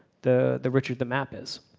the the richer the map is.